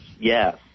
yes